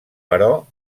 però